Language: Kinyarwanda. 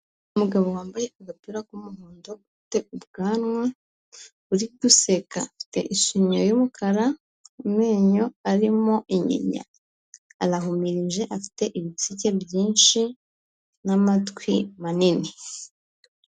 Umugabo wambaye agapira k'umuhondo, ufite ubwanwa, uri guseka, afite ishinyo y'umukara, amenyo arimo inyinya, arahumirije, afite ibitsike byinshi n'amatwi manini.